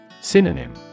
Synonym